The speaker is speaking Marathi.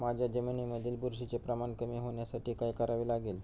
माझ्या जमिनीमधील बुरशीचे प्रमाण कमी होण्यासाठी काय करावे लागेल?